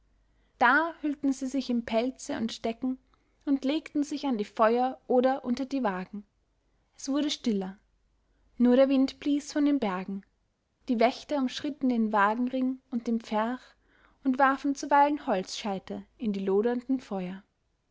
da hüllten sie sich in pelze und decken und legten sich an die feuer oder unter die wagen es wurde stiller nur der wind blies von den bergen die wächter umschritten den wagenring und den pferch und warfen zuweilen holzscheite in die lodernden feuer